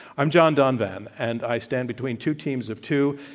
i'm john donvan. and i stand between two teams of two,